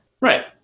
Right